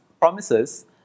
promises